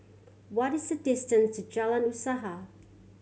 what is the distance to Jalan Usaha